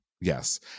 yes